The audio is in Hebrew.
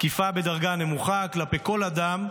תקיפה בדרגה נמוכה כלפי כל אדם,